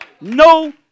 No